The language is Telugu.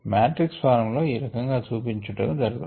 మాట్రిక్స్ ఫారం లో ఈ రకంగా చూపించుట జరుగును